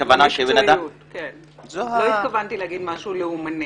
הכוונה שבן אדם --- לא התכוונתי להגיד משהו לאומני,